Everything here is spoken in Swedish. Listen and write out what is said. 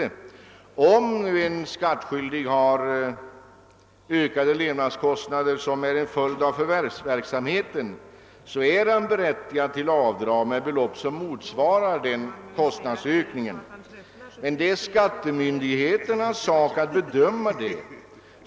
Men om en skattskyldig har höga levnads kostnader som en följd av förvärvsverksamheten, är han berättigad till avdrag med belopp som motsvarar kostnadsökningen. Det är dock skattemyndigheternas sak att bedöma detta.